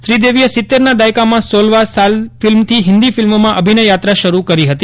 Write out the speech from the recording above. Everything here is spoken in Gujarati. શ્રીદેવીએ સીત્તેરના દાયકામાં સોલવાં સાલ ફિલ્મથી હિન્દી ફિલ્મોમાં અભિનયયાત્રા શરૂ કરી હતી